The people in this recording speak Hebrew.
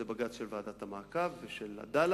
זה בג"ץ של ועדת המעקב ושל "עדאלה".